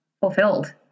fulfilled